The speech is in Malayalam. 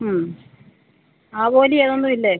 ഉം ആവോലി അതൊന്നുമില്ലെ